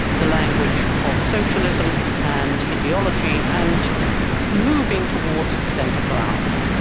the language of socialism and ideology and moving towards the centre ground.